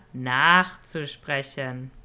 nachzusprechen